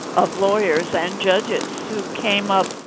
of lawyers and judges who came up.